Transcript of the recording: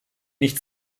nicht